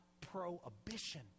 prohibition